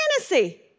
fantasy